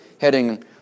heading